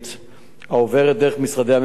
העוברת דרך משרדי ממשלה רבים,